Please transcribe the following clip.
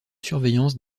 surveillance